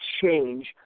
change